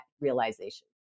realization